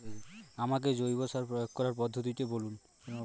আমাকে জৈব সার প্রয়োগ করার পদ্ধতিটি বলুন?